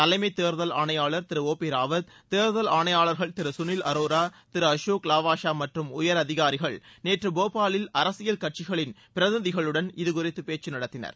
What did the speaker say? தலைமை தேர்தல் ஆணையாள் திரு ஒ பி ராவத் தேர்தல் ஆணையாளர்கள் திரு கணில் அரோரா திரு அசோக் லாவாஷா மற்றும் உயர் அதிகாரிகள் நேற்று போபாலில் அரசியல் கட்சிகளின் பிரதிநிதிகளுடன் இது குறித்து பேச்சு நடத்தினர்